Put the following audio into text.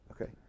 Okay